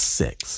six